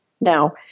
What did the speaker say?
Now